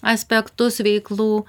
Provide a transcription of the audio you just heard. aspektus veiklų